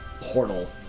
portal